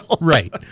Right